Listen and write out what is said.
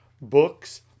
Books